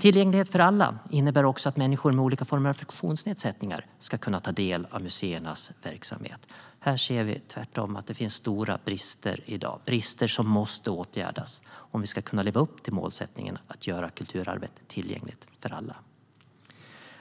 Tillgänglighet för alla innebär också att människor med olika former av funktionsnedsättningar ska kunna ta del av museernas verksamhet. Här ser vi tvärtom att det finns stora brister i dag. Det är brister som måste åtgärdas om vi ska leva upp till målet att göra kulturarvet tillgängligt för alla.